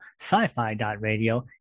sci-fi.radio